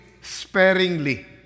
sparingly